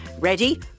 Ready